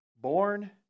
born